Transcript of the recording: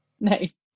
Nice